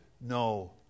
no